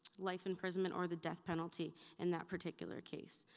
life imprisonment or the death penalty in that particular case.